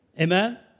Amen